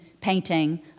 painting